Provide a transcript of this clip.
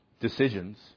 decisions